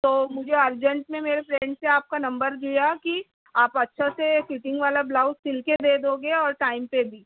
تو مجھے ارجنٹ میں میرے فرینڈس نے آپ کا نمبر دیا کہ آپ اچھا سے فٹنگ والا بلاوز سِل کے دے دو گے اور ٹائم پہ بھی